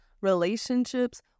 relationships